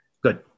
Good